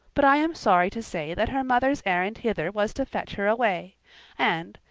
but i am sorry to say that her mother's errand hither was to fetch her away and,